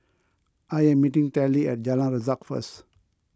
I am meeting Telly at Jalan Resak first